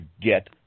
get